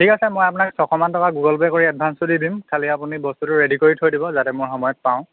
ঠিক আছে মই আপোনাক ছয়শমান টকা গুগল পে' কৰি এডভাঞ্চটো দি দিম খালি আপুনি বস্তুটো ৰেডি কৰি থৈ দিব যাতে মই সময়ত পাওঁ